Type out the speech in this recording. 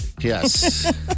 Yes